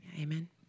Amen